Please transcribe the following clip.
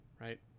right